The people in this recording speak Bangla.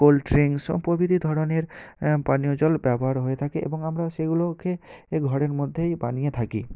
কোল্ড ড্রিঙ্কস সব প্রভৃতি ধরনের পানীয় জল ব্যবহার হয়ে থাকে এবং আমরা সেগুলোকে এই ঘরের মধ্যেই বানিয়ে থাকি